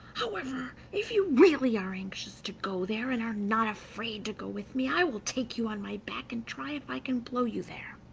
however, if you really are anxious to go there, and are not afraid to go with me, i will take you on my back, and try if i can blow you there.